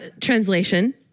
Translation